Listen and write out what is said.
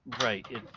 Right